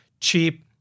cheap